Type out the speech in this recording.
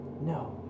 No